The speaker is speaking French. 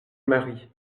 mari